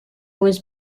was